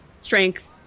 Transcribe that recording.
Strength